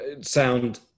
sound